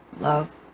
love